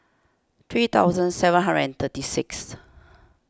three thousand seven hundred and thirty sixth